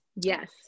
Yes